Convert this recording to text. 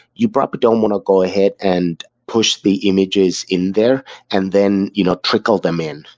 you probably don't want to go ahead and push the images in there and then you know trickle them in.